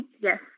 Yes